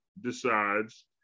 decides